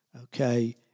Okay